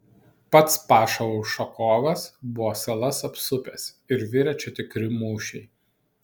pats paša ušakovas buvo salas apsupęs ir virė čia tikri mūšiai